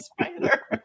spider